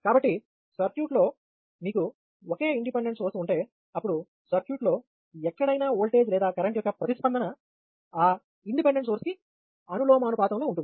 కాబట్టి సర్క్యూట్లో మీకు ఒకే ఇండిపెండెంట్ సోర్స్ ఉంటే అప్పుడు సర్క్యూట్లో ఎక్కడైనా ఓల్టేజ్ లేదా కరెంట్ యొక్క ప్రతిస్పందన ఆ ఇండిపెండెంట్ సోర్స్ కి అనులోమానుపాతంలో ఉంటుంది